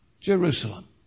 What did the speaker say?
Jerusalem